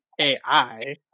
AI